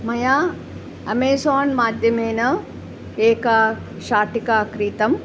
मया अमेज़ान् माध्यमेन एका शाटिका क्रीतम्